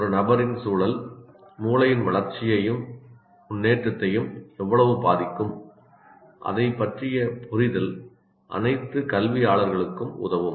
ஒரு நபரின் சூழல் மூளையின் வளர்ச்சியையும் முன்னேற்றத்தையும் எவ்வளவு பாதிக்கும் அதைப் பற்றிய புரிதல் அனைத்து கல்வியாளர்களுக்கும் உதவும்